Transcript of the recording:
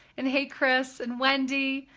and hey chris, and wendy.